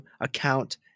account